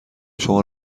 شما